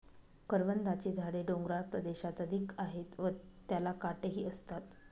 करवंदाची झाडे डोंगराळ प्रदेशात अधिक आहेत व त्याला काटेही असतात